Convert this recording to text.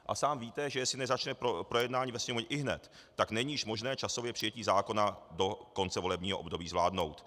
A sám víte, že jestli nezačne projednání ve Sněmovně ihned, tak není již možné časově přijetí zákona do konce volebního období zvládnout.